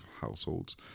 households